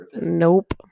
Nope